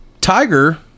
Tiger